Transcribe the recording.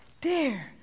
dare